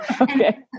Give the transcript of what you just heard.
Okay